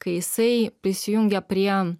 kai jisai prisijungia prie